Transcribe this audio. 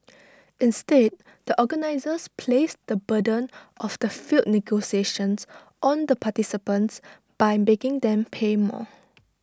instead the organisers placed the burden of the failed negotiations on the participants by making them pay more